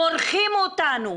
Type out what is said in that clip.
מורחים אותנו.